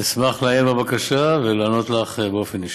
אשמח לעיין בבקשה ולענות לך באופן ישיר.